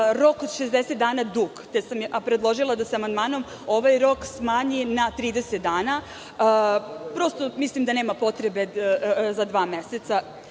rok od 60 dana dug, pa sam predložila da se amandmanom ovaj rok smanji na 30 dana. Mislim da nema potrebe dva meseca